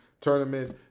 tournament